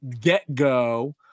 get-go